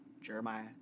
Jeremiah